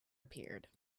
appeared